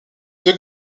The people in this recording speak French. deux